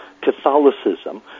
Catholicism